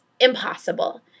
impossible